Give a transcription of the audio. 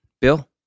Bill